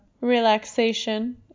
relaxation